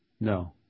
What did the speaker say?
No